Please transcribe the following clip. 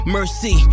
Mercy